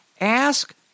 ask